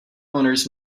owners